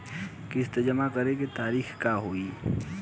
किस्त जमा करे के तारीख का होई?